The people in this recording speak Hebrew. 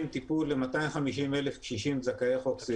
טיפול ל-250,000 קשישים זכאי חוק סיעוד.